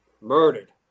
murdered